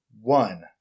one